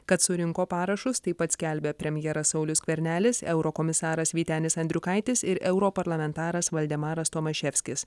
kad surinko parašus taip pat skelbia premjeras saulius skvernelis eurokomisaras vytenis andriukaitis ir europarlamentaras valdemaras tomaševskis